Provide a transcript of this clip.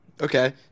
Okay